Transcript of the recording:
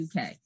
uk